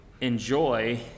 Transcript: enjoy